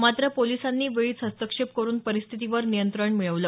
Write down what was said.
मात्र पोलिसांनी वेळीच हस्तक्षेप करून परिस्थितीवर नियंत्रण मिळवलं